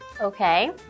Okay